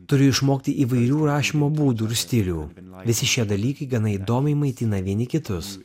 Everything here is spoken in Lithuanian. turi išmokti įvairių rašymo būdų ir stilių visi šie dalykai gana įdomiai maitina vieni kitus